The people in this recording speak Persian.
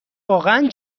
واقعا